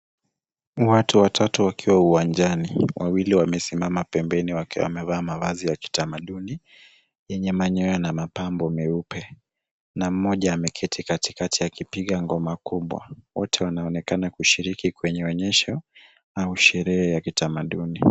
Watu watatu wakiwa uwanjani. Wawili wamesimama pembeni wakiwa wamevaa mavazi ya kitamaduni yenye manyoya na mapambo meupe na mmoja ameketi katikati akipiga ngoma kubwa. Wote wanaonekana kushiriki kwenye onyesho au sherehe ya kitamaduni.